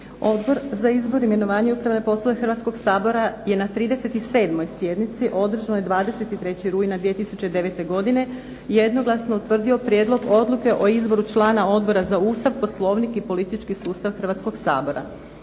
Odbora za izbor i imenovanje i upravne poslove Hrvatskog sabora je na 37. sjednici održanoj 23. rujna 2009. godine jednoglasno utvrdio prijedlog odluke o izboru člana Odbora za Ustav, Poslovnik i politički sustav Hrvatskog sabora.